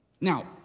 Now